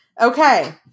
Okay